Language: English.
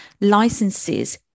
Licenses